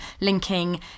linking